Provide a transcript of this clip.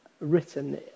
written